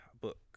book